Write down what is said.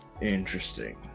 Interesting